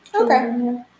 Okay